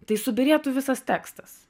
tai subyrėtų visas tekstas